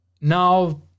now